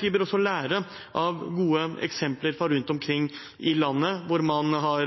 Vi bør også lære av gode eksempler rundt omkring i landet, hvor man har